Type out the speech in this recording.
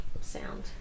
sound